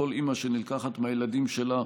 כל אימא שנלקחת מהילדים שלה,